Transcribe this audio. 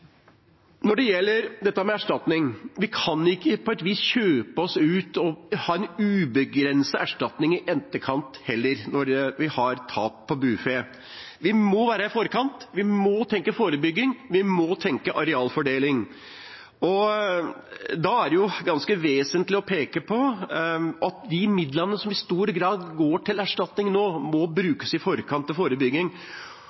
dette med erstatning: Vi kan ikke kjøpe oss ut – på et vis – og ha en ubegrenset erstatning i etterkant heller, når vi har tap av bufe. Vi må være i forkant, vi må tenke forebygging, vi må tenke arealfordeling. Da er det ganske vesentlig å peke på at de midlene som i stor grad går til erstatning nå, må